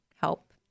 help